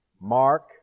Mark